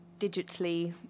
digitally